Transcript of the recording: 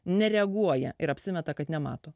nereaguoja ir apsimeta kad nemato